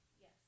Yes